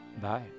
Bye